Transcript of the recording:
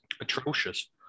atrocious